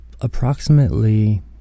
approximately